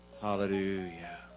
Hallelujah